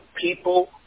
people –